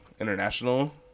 international